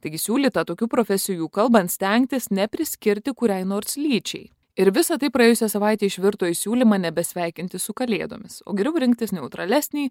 taigi siūlyta tokių profesijų kalbant stengtis nepriskirti kuriai nors lyčiai ir visa tai praėjusią savaitę išvirto į siūlymą nebesveikinti su kalėdomis o geriau rinktis neutralesnį